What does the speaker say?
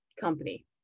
company